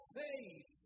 faith